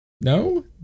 No